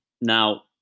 Now